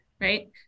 right